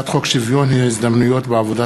בעד,